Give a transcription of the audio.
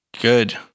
Good